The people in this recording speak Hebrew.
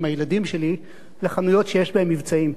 עם הילדים שלי לחנויות שיש בהן מבצעים.